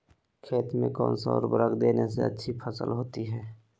खेत में कौन सा उर्वरक देने से अच्छी फसल होती है?